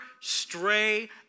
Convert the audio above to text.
stray